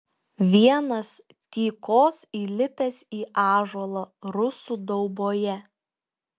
vienas tykos įlipęs į ąžuolą rusų dauboje